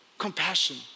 compassion